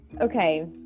Okay